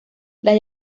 las